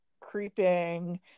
creeping